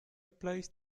applies